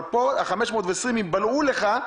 אבל פה, ה-520 שקלים ייבלעו לך,